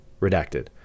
redacted